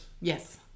yes